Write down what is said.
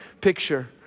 picture